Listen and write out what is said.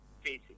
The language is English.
facing